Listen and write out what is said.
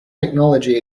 technology